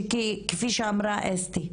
כפי שאמרה אסתי,